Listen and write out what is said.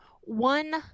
one